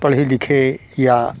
पढ़े लिखे या